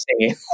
singing